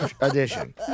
Edition